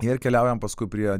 ir keliaujam paskui prie